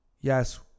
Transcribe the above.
yes